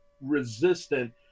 resistant